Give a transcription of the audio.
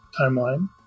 timeline